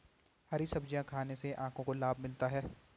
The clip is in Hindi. हरी सब्जियाँ खाने से आँखों को लाभ मिलता है